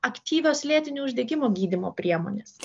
aktyvios lėtinio uždegimo gydymo priemonės